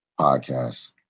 Podcast